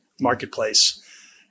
marketplace